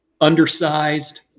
undersized